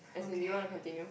as in you want to continue